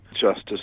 Justice